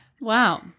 Wow